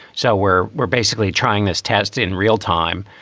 so we're we're basically trying this test in real time.